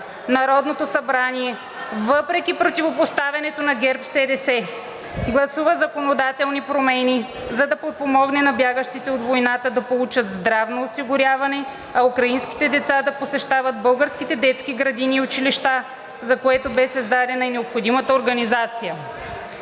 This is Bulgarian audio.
Народното събрание въпреки противопоставянето на ГЕРБ-СДС гласува законодателни промени, за да подпомогне на бягащите от войната да получат здравно осигуряване, а украинските деца да посещават българските детски градини и училища, за което бе създадена и необходимата организация.